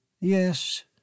Yes